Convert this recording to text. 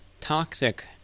toxic